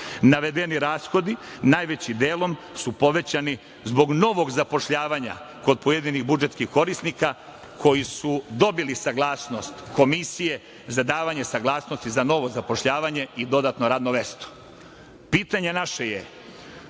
Navedeni rashodi najvećim delom su povećani zbog novog zapošljavanja kod pojedinih budžetskih korisnika koji su dobili saglasnost Komisije za davanje saglasnosti za novo zapošljavanje i dodatno radno mesto. Pitanje naše je